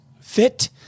fit